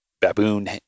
baboon